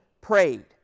prayed